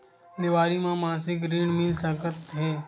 देवारी म मासिक ऋण मिल सकत हे?